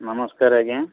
ନମସ୍କାର ଆଜ୍ଞା